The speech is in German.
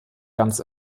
ganz